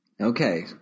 Okay